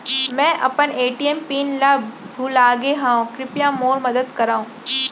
मै अपन ATM PIN ला भूलागे हव, कृपया मोर मदद करव